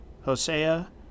Hosea